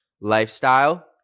lifestyle